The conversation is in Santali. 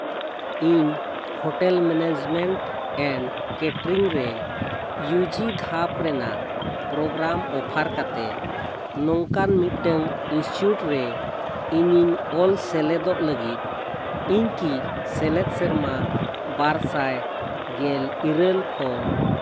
ᱤᱧ ᱦᱳᱴᱮᱞ ᱢᱮᱱᱮᱡᱽᱢᱮᱱᱴ ᱮᱱᱰ ᱠᱮᱴᱨᱤᱝ ᱨᱮ ᱤᱭᱩ ᱡᱤ ᱫᱷᱟᱯ ᱨᱮᱱᱟᱜ ᱯᱨᱳᱜᱟᱨᱢ ᱚᱯᱷᱟᱨ ᱠᱟᱛᱮ ᱱᱚᱝᱠᱟᱱ ᱢᱤᱫᱴᱟᱹᱝ ᱤᱱᱥᱴᱤᱴᱩᱭᱩᱴ ᱨᱮ ᱤᱧᱤᱧ ᱚᱞ ᱥᱮᱞᱮᱫᱚᱜ ᱞᱟᱹᱜᱤᱫ ᱤᱧ ᱠᱤ ᱥᱮᱞᱮᱫ ᱥᱮᱨᱢᱟ ᱵᱟᱨ ᱥᱟᱭ ᱜᱮᱞ ᱤᱨᱟᱹᱞ ᱠᱷᱚᱱ